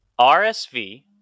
RSV